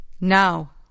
Now